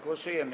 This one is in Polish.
Głosujemy.